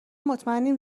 مطمئنیم